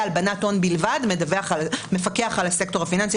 הלבנת הון בלבד מפקח על הסקטור הפיננסי.